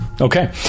Okay